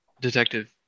detective